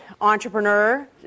entrepreneur